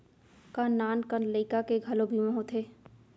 का नान कन लइका के घलो बीमा होथे?